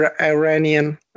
Iranian